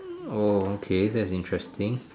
oh okay that's interesting